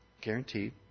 Guaranteed